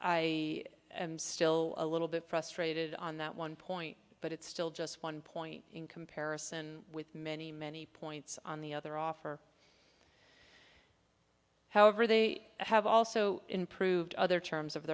i am still a little bit frustrated on that one point but it's still just one point in comparison with many many points on the other offer however they have also improved other terms of